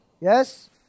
Yes